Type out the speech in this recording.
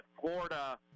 Florida